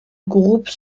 groupe